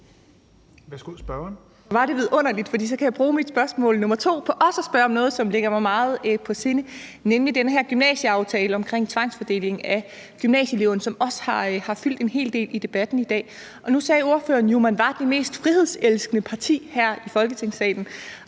var det vidunderligt, for så kan jeg bruge mit spørgsmål nummer to på også at spørge om noget, som ligger mig meget på sinde, nemlig den her gymnasieaftale omkring tvangsfordeling af gymnasieeleverne, som også har fyldt en hel del i debatten i dag. Nu sagde ordføreren jo, at man var det mest frihedselskende parti her i Folketingssalen,